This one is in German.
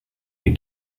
der